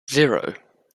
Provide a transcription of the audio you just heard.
zero